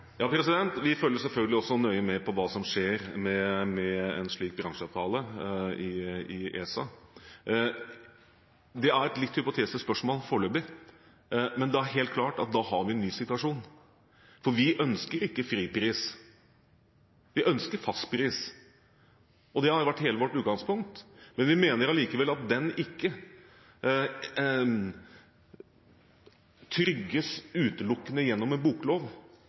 Vi følger selvfølgelig også nøye med på hva som skjer med en slik bransjeavtale i ESA. Det er et litt hypotetisk spørsmål foreløpig, men det er helt klart at da har vi en ny situasjon. Vi ønsker ikke fripris, vi ønsker fastpris, og det har vært hele vårt utgangspunkt. Vi mener allikevel at det ikke trygges utelukkende gjennom en boklov,